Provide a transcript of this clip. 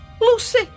Lucy